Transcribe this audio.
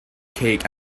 cake